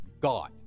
god